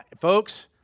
folks